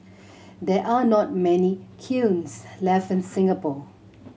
there are not many kilns left in Singapore